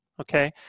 Okay